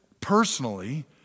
personally